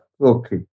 Okay